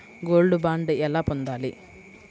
Gold bond ఎలా పొందాలి?